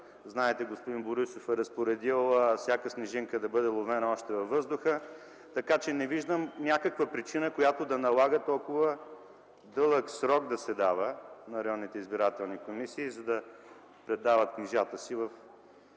знаете – господин Борисов е разпоредил всяка снежинка да бъде уловена още във въздуха, така че не виждам някаква причина, която да налага толкова дълъг срок да се дава на районните избирателни комисии, за да предават книжата си в